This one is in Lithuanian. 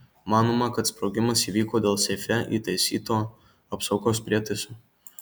manoma kad sprogimas įvyko dėl seife įtaisyto apsaugos prietaiso